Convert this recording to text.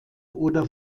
oder